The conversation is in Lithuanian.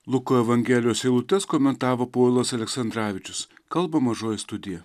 luko evangelijos eilutes komentavo povilas aleksandravičius kalba mažoji studija